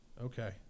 Okay